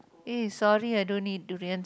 eh sorry I don't eat durians